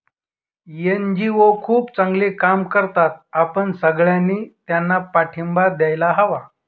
NGO खूप चांगले काम करतात, आपण सगळ्यांनी त्यांना पाठिंबा द्यायला हवा